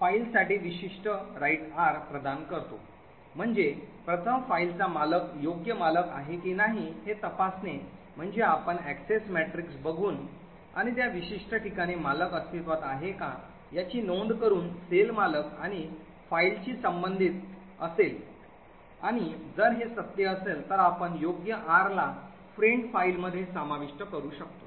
file साठी विशिष्ट right R प्रदान करतो म्हणजे प्रथम फाईलचा मालक योग्य मालक आहे की नाही हे तपासणे म्हणजे आपण Access Matrix बघून आणि त्या विशिष्ट ठिकाणी मालक अस्तित्त्वात आहे का याची नोंद करून सेल मालक आणि फाईलशी संबंधित असेल आणि जर हे सत्य असेल तर आपण योग्य R ला friend file मध्ये समाविष्ट करू शकतो